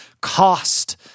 cost